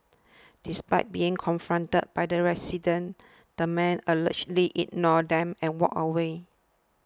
despite being confronted by the residents the man allegedly ignored them and walked away